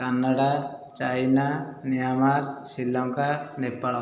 Canada China Myanmar Sri Lanka Nepal